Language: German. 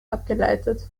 abgeleitet